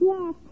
Yes